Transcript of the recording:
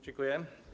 Dziękuję.